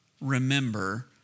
remember